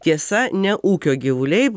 tiesa ne ūkio gyvuliai